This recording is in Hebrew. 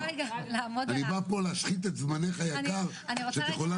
אני בא פה להשחית את זמנך היקר כשאת יכולה